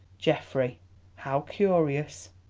geoffrey how curious!